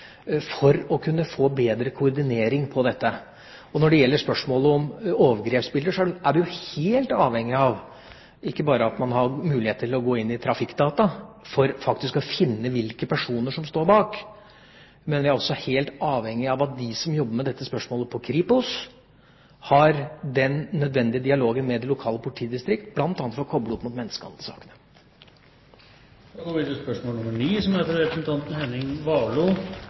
for å kunne få bedre koordinering på dette. Når det gjelder spørsmålet om overgrepsbilder, er vi helt avhengige av ikke bare at man har muligheter til å gå inn i trafikkdata for faktisk å finne hvilke personer som står bak, men også at de som jobber med dette spørsmålet i KRIPOS, har den nødvendige dialogen med det lokale politidistrikt, bl.a. for å koble det opp mot menneskehandelsakene. Dette spørsmålet er trukket tilbake. «Det er nå etablert servicesenter for utenlandske arbeidstakere i Oslo, Kirkenes og fra